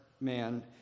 man